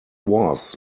was